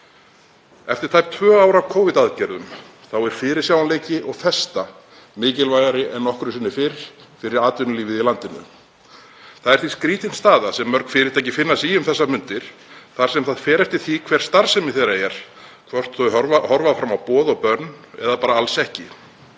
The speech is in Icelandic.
Eftir tæp tvö ár af Covid-aðgerðum er fyrirsjáanleiki og festa mikilvægari en nokkru sinni fyrr fyrir atvinnulífið í landinu. Það er því skrýtin staða sem mörg fyrirtæki finna sig í um þessar mundir þar sem það fer eftir því hver starfsemi þeirra er hvort þau horfa fram á boð og bönn eða bara alls ekki.